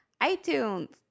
iTunes